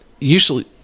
usually